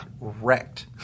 wrecked